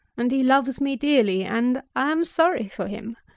and he loves me dearly, and i am sorry for him.